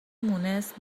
مونس